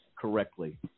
correctly